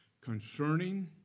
concerning